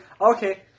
Okay